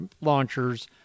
launchers